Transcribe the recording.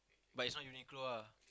but it's not Uniqlo lah